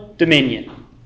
Dominion